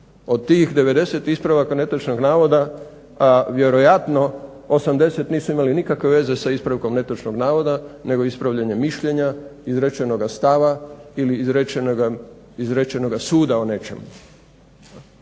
Od tih 90 ispravaka netočnog navoda vjerojatno 80 nisu imali nikakve veze sa ispravkom netočnog navoda nego ispravljanja mišljenja, izrečenoga stava ili izrečenoga suda o nečemu.